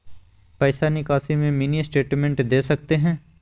पैसा निकासी में मिनी स्टेटमेंट दे सकते हैं?